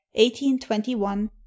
1821